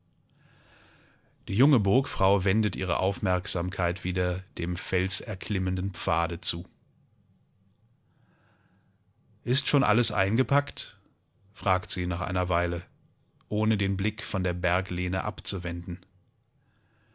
die junge burgfrau wendet ihre aufmerksamkeit wieder dem felserklimmenden pfade zu ist schon alles eingepackt fragt sie nach einer weile ohne den blick von der berglehne abzuwenden